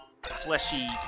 Fleshy